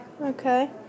Okay